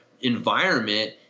environment